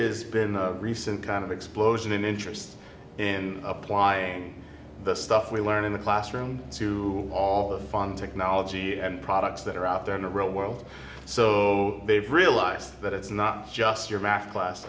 is been a recent kind of explosion in interest in applying the stuff we learned in the classroom to all of technology and products that are out there in the real world so they've realized that it's not just your math class